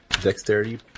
dexterity